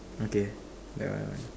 okay that one one